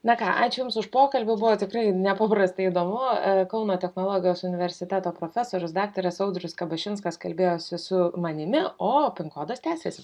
na ką ačiū jums už pokalbį buvo tikrai nepaprastai įdomu kauno technologijos universiteto profesorius daktaras audrius kabašinskas kalbėjosi su manimi o pinkodas tęsiasi